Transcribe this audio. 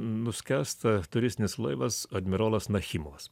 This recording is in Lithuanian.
nuskęsta turistinis laivas admirolas nachimovas